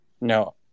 no